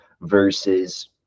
versus